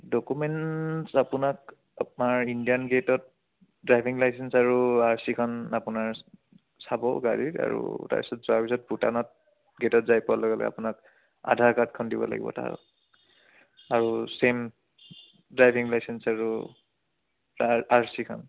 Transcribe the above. documents আপোনাক আপোনাৰ Indian গেটত ড্ৰাইভিং লাইচেন্স আৰু আৰ চিখন আপোনাৰ চাব গাড়ীৰ আৰু তাৰপিছত যোৱাৰ পিছত ভূটানত গেটত যাই পোৱাৰ লগে লগে আপোনাক আধাৰ কাৰ্ডখন দিব লাগিব তাত আৰু ছেম ড্ৰাইভিং লাইচেন্স আৰু আৰ আৰ চিখন